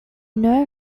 know